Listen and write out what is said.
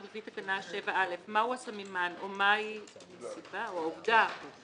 לפי תקנה 7(א) מהו הסממן או מהי הסיבה שבגינם